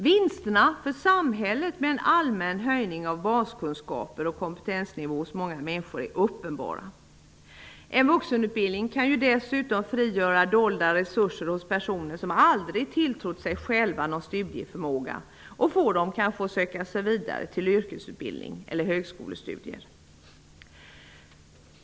Vinsterna för samhället med en allmän höjning av baskunskaper och kompetensnivå hos många människor är uppenbara. En vuxenutbildning kan dessutom frigöra dolda resurser hos personer som aldrig tilltrott sig själva någon studieförmåga och få dem att söka sig vidare till yrkesutbildning eller högskolestudier.